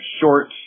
short